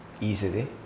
easily